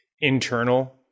internal